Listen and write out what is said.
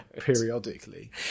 periodically